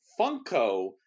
Funko